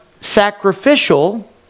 sacrificial